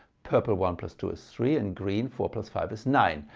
purple one plus two is three and green four plus five is nine.